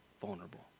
vulnerable